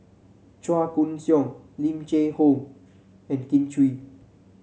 Chua Koon Siong Lim Cheng Hoe and Kin Chui